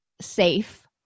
safe